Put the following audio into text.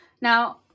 now